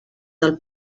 del